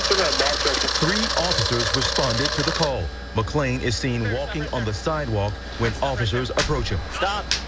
but ah three officers responded to the call. mcclain is seen walking on the sidewalk when officers approach him. stop,